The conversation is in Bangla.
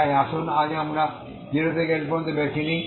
তাই আসুন আজ আমরা 0 থেকে L পর্যন্ত বেছে নিই